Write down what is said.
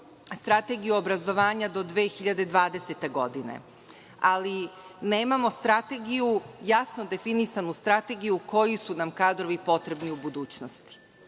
strategiju obrazovanja do 2020. godine, ali nemamo strategiju jasno definisanu – koji su nam kadrovi potrebni u budućnosti.